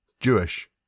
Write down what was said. Jewish